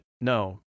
no